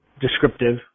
descriptive